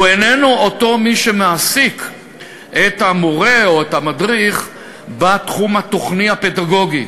הוא איננו אותו מי שמעסיק את המורה או את המדריך בתחום התוכני הפדגוגי,